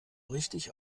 richtig